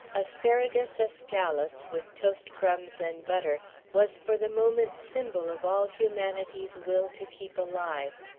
asparagus escalloped with toast crumbs and butter was for the moment symbol of all humanity's will to keep alive.